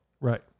Right